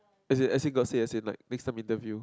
as in as in got say as in like make some interview